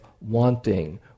wanting